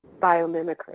biomimicry